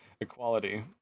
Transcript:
equality